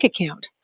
account